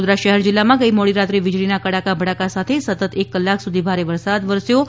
વડોદરા શહેર જિલ્લામાં ગઈ મોડીરાત્રે વીજળીના કડાકા ભડાકા સાથે સતત એક કલાક સુધી ભારે વરસાદ વરસ્યો હતો